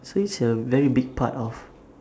so it's a very big part of